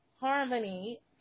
harmony